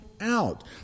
out